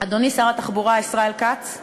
ישראל כץ,